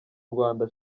rwanda